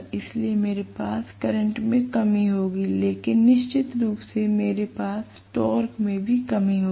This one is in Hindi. इसलिए मेरे पास करंट में कमी होगी लेकिन निश्चित रूप से मेरे पास टॉर्क में भी कमी होगी